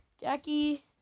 Jackie